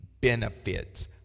benefits